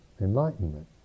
enlightenment